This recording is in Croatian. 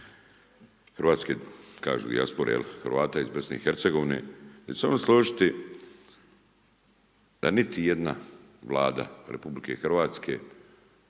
hrvatske kažu dijaspore, Hrvata iz Bosne i Hercegovine, da će se oni složiti da niti jedna Vlada Republike Hrvatske